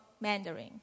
Mandarin